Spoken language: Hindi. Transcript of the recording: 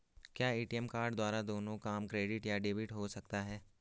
क्या ए.टी.एम कार्ड द्वारा दोनों काम क्रेडिट या डेबिट हो सकता है?